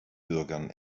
bürgern